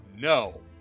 no